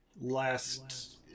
last